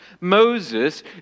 Moses